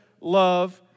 love